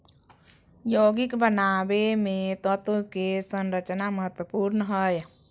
यौगिक बनावे मे तत्व के संरचना महत्वपूर्ण हय